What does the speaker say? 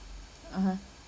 (uh huh)